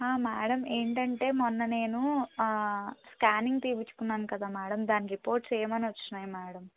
madam ఏంటంటే మొన్న నేను స్కానింగ్ తీపించుకున్నాను కదా మ్యాడమ్ దాని రిపోర్ట్స్ ఏమని వచ్చినాయి మ్యాడమ్